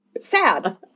sad